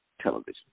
television